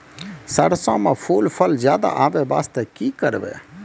सरसों म फूल फल ज्यादा आबै बास्ते कि करबै?